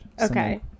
Okay